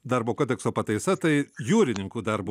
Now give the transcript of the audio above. darbo kodekso pataisa tai jūrininkų darbo